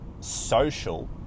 social